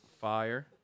fire